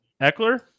Eckler